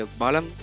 balam